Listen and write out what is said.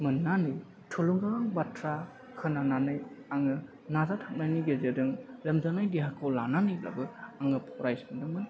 मोननानै थुलुंगा बाथ्रा खोनानानै आङो नाजाथाबनायनि गेजेरजों लोमजानाय देहाखौ लानानैब्लाबो आङो फरायसोमदोंमोन